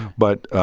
but,